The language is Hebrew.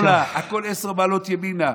שמאלה, הכול עשר מעלות ימינה.